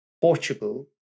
Portugal